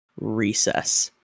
recess